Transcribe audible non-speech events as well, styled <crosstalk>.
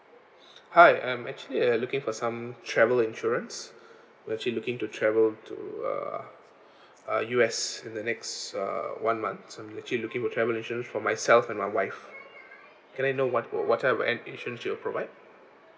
hi I'm actually uh looking for some travel insurance actually looking to travel to uh <breath> uh U_S in the next uh one month so I'm actually looking for travel insurance for myself and my wife can I know what whatever an insurance you provide